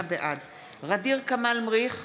ע'דיר כמאל מריח,